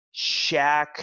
Shaq